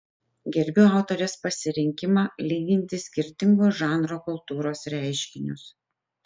gerbiu autorės pasirinkimą lyginti skirtingo žanro kultūros reiškinius